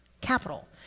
capital